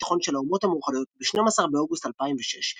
הביטחון של האומות המאוחדות ב־12 באוגוסט 2006,